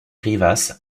rivas